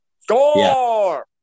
Score